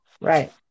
right